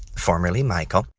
formerly michael,